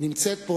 נמצאת פה,